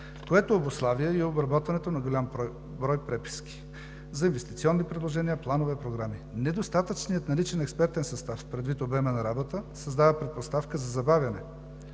което обуславя и обработването на голям брой преписки, за инвестиционни предложения, планове, програми. Недостатъчният наличен експертен състав, предвид обема на работа, създава предпоставка за забавяне.